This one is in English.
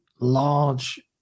large